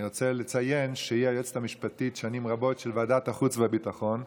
אני רוצה לציין שהיא היועצת המשפטית שנים רבות של ועדת החוץ והביטחון,